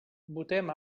votem